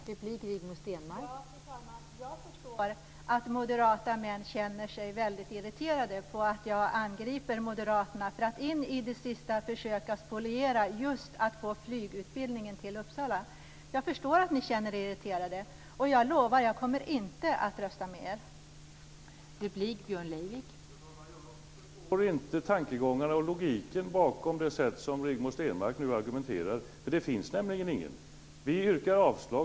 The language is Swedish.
Fru talman! Jag förstår att moderata män känner sig väldigt irriterade på att jag angriper moderaterna för att in i det sista försöka spoliera detta att få flygutbildningen till Uppsala. Jag förstår att ni känner er irriterade. Och jag lovar att jag inte kommer att rösta med er.